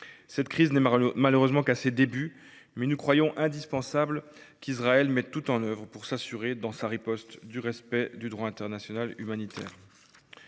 Cette crise n’en est malheureusement qu’à ses débuts, mais nous croyons indispensable qu’Israël mette tout en œuvre pour s’assurer du respect du droit international humanitaire